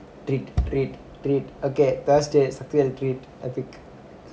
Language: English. treat treat okay thursdays sakthivel treat